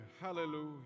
Hallelujah